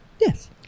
Yes